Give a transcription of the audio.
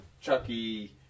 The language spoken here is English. Chucky